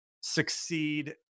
succeed